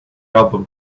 album